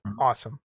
awesome